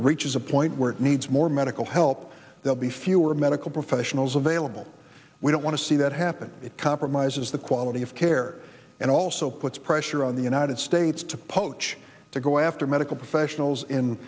reaches a point where it needs more medical help there'll be fewer medical professionals available we don't want to see that happen it compromises the quality of care and all also puts pressure on the united states to poach to go after medical professionals in